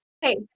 hey